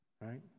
right